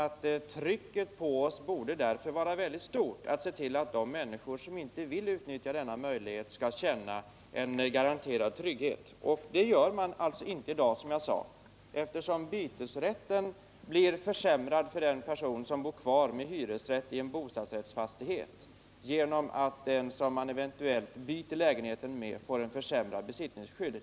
Trycket på oss att se till att de människor som inte vill utnyttja denna möjlighet skall känna en garanterad trygghet borde enligt min mening vara mycket stort. Som jag sade känner man inte någon sådan i dag, eftersom bytesrätten blir försämrad för den person som bor kvar med hyresrätt i en bostadsrättsfastighet genom att den som man eventuellt byter lägenhet med får ett försämrat besittningsskydd.